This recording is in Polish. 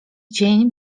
dzień